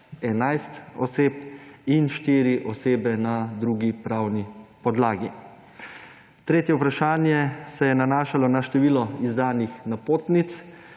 11 oseb in štiri osebe na drugi pravni podlagi. Tretje vprašanje se je nanašalo na število izdanih napotnic.